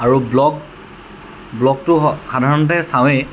আৰু ব্লগ ব্লগটো সাধাৰণতে চাওঁৱেই